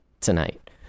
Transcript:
tonight